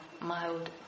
mild